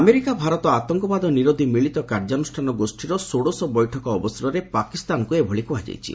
America Bharat ଆତଙ୍କବାଦ ନିରୋଧି ମିଳିତ କାର୍ଯ୍ୟାନ୍ରଷ୍ଠାନ ଗୋଷୀର ଷୋଡ଼ଶ ବୈଠକ ଅବସରରେ ପାକିସ୍ତାନକୁ ଏଭଳି କୁହାଯାଇଛି